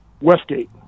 Westgate